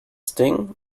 sting